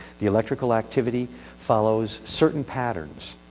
the electrical activity follows certain patterns.